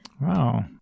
Wow